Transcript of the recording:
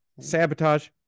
Sabotage